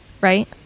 Right